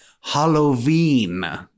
Halloween